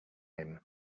him